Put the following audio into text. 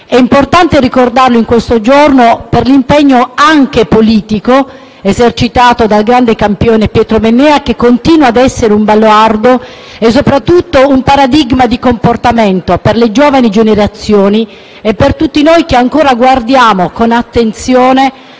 È importante ricordarlo in questo giorno per l'impegno, anche politico, esercitato da grande campione. Pietro Mennea continua ad essere un baluardo e soprattutto un paradigma di comportamento per le giovani generazioni e per tutti noi che ancora guardiamo con attenzione